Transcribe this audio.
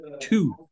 two